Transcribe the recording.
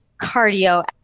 cardio